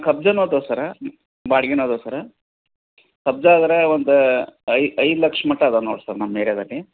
ಕಬ್ಜನು ಅದಾವ ಸರ್ ಬಾಡ್ಗೆನು ಅದಾವ ಸರ್ ಕಬ್ಜ ಆದ್ರಾ ಒಂದು ಐದು ಲಕ್ಷ ಮಟ್ಟ ಅದಾವ ನೋಡ್ರಿ ಸರ್ ನಮ್ಮ ಏರಿಯಾದಲ್ಲಿ